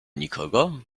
nikogo